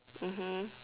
mmhmm